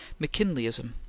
mckinleyism